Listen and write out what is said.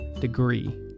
degree